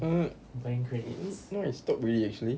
uh now I stop already actually